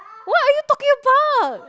what are you talking about